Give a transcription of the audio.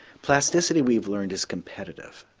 plasticity we've learned is competitive,